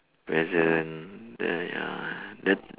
present then ya ya then